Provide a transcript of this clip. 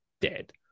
dead